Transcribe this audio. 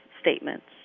statements